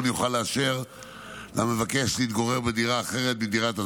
יוכל לאשר למבקש להתגורר בדירה אחרת מדירת הזכאי,